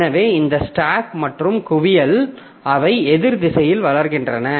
எனவே இந்த ஸ்டாக் மற்றும் குவியல் அவை எதிர் திசையில் வளர்கின்றன